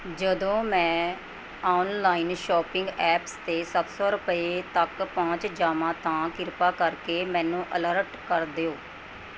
ਜਦੋਂ ਮੈਂ online shopping apps 'ਤੇ ਸੱਤ ਸੌ ਰੁਪਏ ਤੱਕ ਪਹੁੰਚ ਜਾਵਾਂ ਤਾਂ ਕਿਰਪਾ ਕਰਕੇ ਮੈਨੂੰ ਅਲਰਟ ਕਰ ਦਿਓ